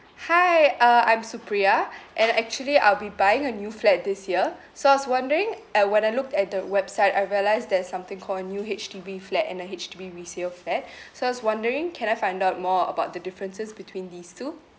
hi uh I'm supriya and actually I'll be buying a new flat this year so I was wondering uh when I looked at the website I realised there's something call new H_D_B flat and a H_D_B resale flat so I was wondering can I find out more about the differences between these two